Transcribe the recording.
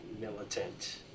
militant